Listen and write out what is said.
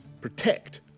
protect